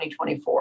2024